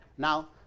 Now